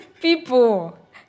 people